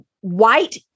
white